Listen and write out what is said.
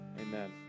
amen